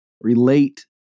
Relate